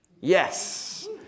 Yes